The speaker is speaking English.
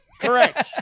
Correct